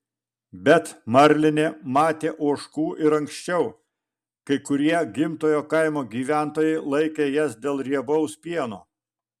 bet marlinė matė ožkų ir anksčiau kai kurie gimtojo kaimo gyventojai laikė jas dėl riebaus pieno